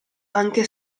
anche